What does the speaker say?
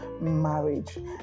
marriage